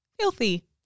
filthy